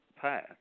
path